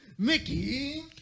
Mickey